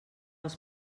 els